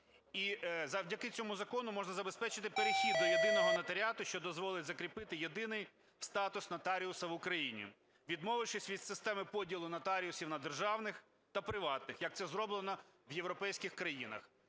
І завдяки цьому закону можна забезпечити перехід до єдиного нотаріату, що дозволить закріпити єдиний статус нотаріуса в Україні, відмовившись від системи поділу нотаріусів на державних та приватних, як це зроблено в європейських країнах.